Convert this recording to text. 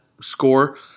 score